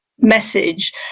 message